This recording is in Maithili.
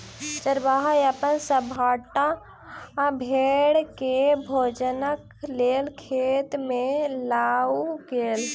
चरवाहा अपन सभटा भेड़ के भोजनक लेल खेत में लअ गेल